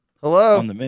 Hello